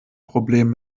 problem